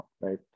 right